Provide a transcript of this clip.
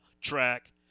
track